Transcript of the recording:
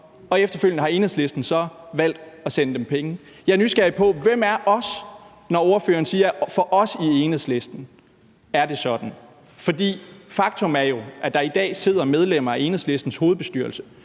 og efterfølgende har Enhedslisten så valgt at sende dem penge. Jeg er nysgerrig på, hvem »os« er, når ordføreren siger: For os i Enhedslisten er det sådan? For faktum er jo, at der i dag sidder medlemmer af Enhedslistens hovedbestyrelse,